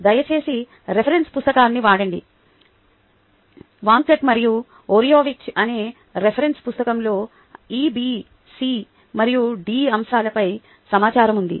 దయచేసి రిఫరెన్స్ పుస్తకాన్ని వాడండి వాంకాట్ మరియు ఓరియోవిక్జ్ అనే రిఫరెన్స్ పుస్తకంలో ఈ బి సి మరియు డి అంశాలపై సమాచారం ఉంది